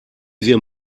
wir